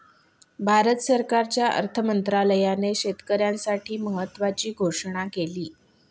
भारत सरकारच्या अर्थ मंत्रालयाने शेतकऱ्यांसाठी महत्त्वाची घोषणा केली